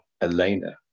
Elena